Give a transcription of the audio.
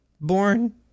born